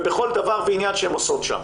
בכל דבר ועניין שהן עושות.